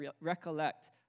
recollect